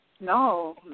No